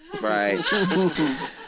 Right